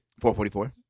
444